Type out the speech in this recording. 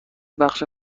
بخش